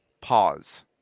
pause